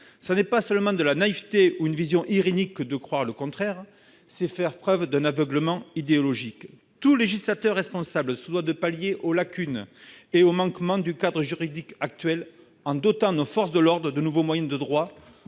preuve non seulement de naïveté ou d'une vision irénique que de croire qu'il n'en est pas ainsi, mais aussi d'un aveuglement idéologique. Tout législateur responsable se doit de pallier les lacunes et les manquements du cadre juridique actuel, en dotant nos forces de l'ordre de nouveaux moyens de droit